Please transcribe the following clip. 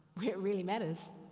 where it really matters.